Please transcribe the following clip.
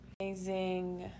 Amazing